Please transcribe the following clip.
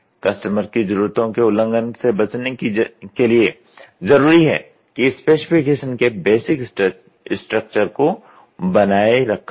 customer की जरूरतों के उल्लंघन से बचने की लिए जरूरी है कि स्पेसिफिकेशन के बेसिक स्ट्रक्चर को बनाया रखा जाए